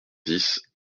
dix